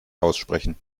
aussprechen